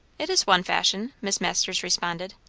it is one fashion, miss masters responded.